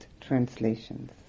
translations